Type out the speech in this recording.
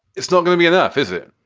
it's not going to be enough, is it?